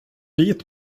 vit